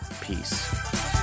Peace